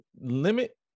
limit